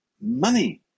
Money